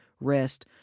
rest